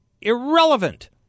irrelevant